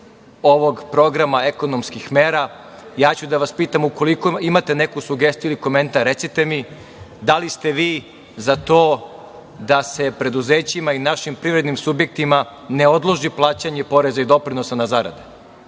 ovog programa ekonomskih mera. Ja ću da vas pitam, ukoliko imate neku sugestiju ili komentar recite mi, da li ste vi za to da se preduzećima i našim privrednim subjektima ne odloži plaćanje poreza i doprinosa na zarade?